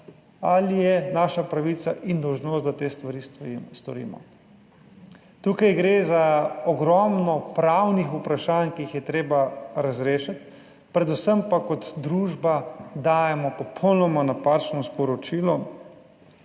ali je naša pravica in dolžnost, da te stvari storimo. Tukaj gre za ogromno pravnih vprašanj, ki jih je treba razrešiti, predvsem pa kot družba dajemo popolnoma napačno sporočilo,